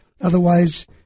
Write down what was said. otherwise